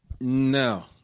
No